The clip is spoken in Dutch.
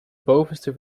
bovenste